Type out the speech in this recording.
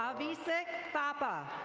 um avisay papa.